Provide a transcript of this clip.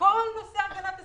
כל נושא הגנת הסביבה,